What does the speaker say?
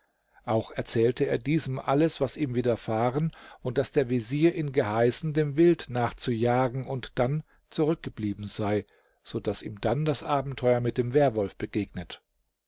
auch erzählte er diesem alles was ihm widerfahren und daß der vezier ihn geheißen dem wild nachzujagen und dann zurückgeblieben sei so daß ihm dann das abenteuer mit dem werwolf begegnet